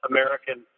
American